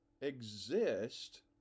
exist